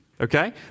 okay